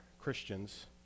Christians